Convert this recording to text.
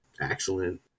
Excellent